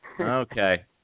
Okay